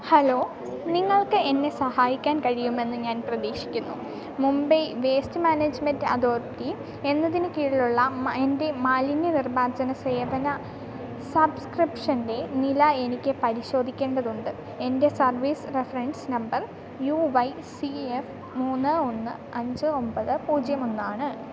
hello നിങ്ങൾക്ക് എന്നെ സഹായിക്കാൻ കഴിയുമെന്നു ഞാൻ പ്രതീക്ഷിക്കുന്നു മുംബൈ വേസ്റ്റ് മാനേജ്മെൻ്റ് അതോറിറ്റി എന്നതിനു കീഴിലുള്ള എൻ്റെ മാലിന്യ നിർമാർജന സേവന സബ്സ്ക്രിപ്ഷൻ്റെ നില എനിക്ക് പരിശോധിക്കേണ്ടതുണ്ട് എൻ്റെ service reference number U Y C F മൂന്ന് ഒന്ന് അഞ്ച് ഒമ്പത് പൂജ്യം ഒന്നാണ്